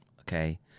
Okay